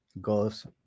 goes